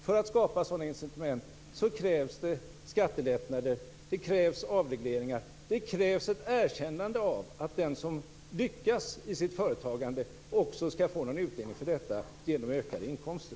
För att skapa sådana incitament krävs skattelättnader. Det krävs avregleringar. Det krävs ett erkännande av att den som lyckas i sitt företagande också skall få någon utdelning av detta genom ökade inkomster.